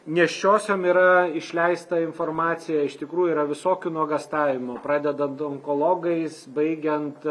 nėščiosiom yra išleista informacija iš tikrųjų yra visokių nuogąstavimų pradedant onkologais baigiant